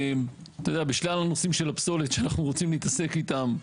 בשלל הנושאים של הפסולת שאנחנו רוצים להתעסק איתם,